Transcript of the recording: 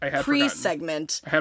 pre-segment